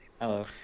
Hello